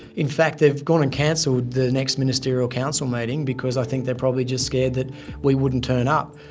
in fact they've gone and cancelled the next ministerial council meeting because i think they're probably just scared that we wouldn't turn up.